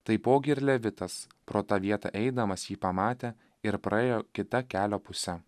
taipogi ir levitas pro tą vietą eidamas jį pamatė ir praėjo kita kelio puse